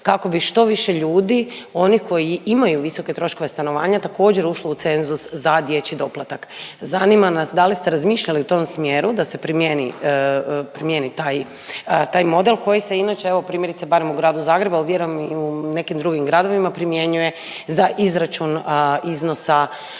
kako bi što više ljudi oni koji imaju visoke troškove stanovanja također ušli u cenzus za dječji doplatak. Zanima nas da li ste razmišljali u tom smjeru da se primjeni, primjeni taj, taj model koji se inače evo primjerice barem u Gradu Zagrebu, ali vjerujem i u nekim drugim gradovima primjenjuje za izračun iznosa koji